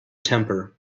temper